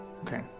Okay